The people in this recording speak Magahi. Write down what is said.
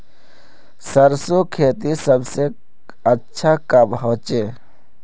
सरसों खेती सबसे अच्छा कब होचे?